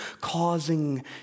causing